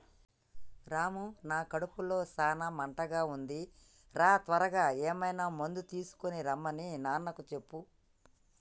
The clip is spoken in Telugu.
రాము నా కడుపులో సాన మంటగా ఉంది రా త్వరగా ఏమైనా మందు తీసుకొనిరమన్ని నాన్నకు చెప్పు